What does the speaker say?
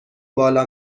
بالا